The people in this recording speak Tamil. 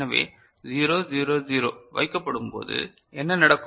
எனவே 0 0 0 வைக்கப்படும் போது என்ன நடக்கும்